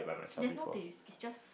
there's no taste it's just